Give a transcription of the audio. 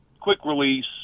quick-release